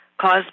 caused